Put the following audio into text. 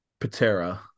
Patera